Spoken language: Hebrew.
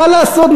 מה לעשות,